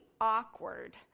awkward